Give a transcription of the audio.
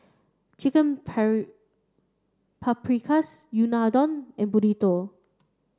chicken Paprikas Unadon and Burrito